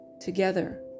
together